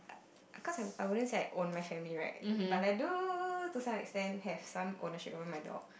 cause I'm I wouldn't say I own my family right but I do to some extent have ownership over my dog